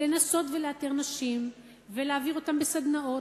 לנסות ולאתר נשים ולהעביר אותן סדנאות